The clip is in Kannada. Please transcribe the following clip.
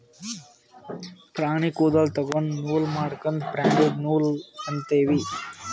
ಪ್ರಾಣಿ ಕೂದಲ ತೊಗೊಂಡು ನೂಲ್ ಮಾಡದ್ಕ್ ಪ್ರಾಣಿದು ನೂಲ್ ಅಂತೀವಿ